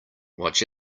watch